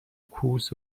کوس